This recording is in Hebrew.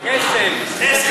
כסף.